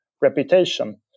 reputation